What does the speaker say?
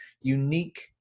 unique